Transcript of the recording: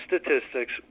statistics